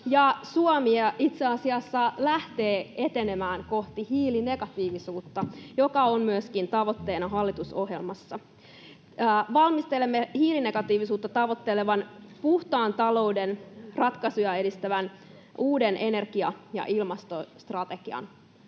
Suomi itse asiassa lähtee etenemään kohti hiilinegatiivisuutta, joka on myöskin tavoitteena hallitusohjelmassa. Valmistelemme hiilinegatiivisuutta tavoittelevan, puhtaan talouden ratkaisuja edistävän uuden energia- ja ilmastostrategian.